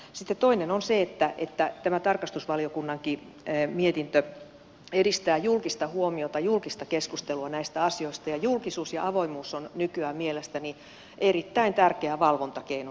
sitten toinen on se että tämä tarkastusvaliokunnankin mietintö edistää julkista huomiota julkista keskustelua näistä asioista ja julkisuus ja avoimuus ovat nykyään mielestäni erittäin tärkeä valvontakeino myöskin